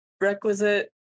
requisite